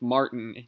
Martin